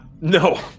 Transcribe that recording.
no